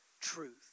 truth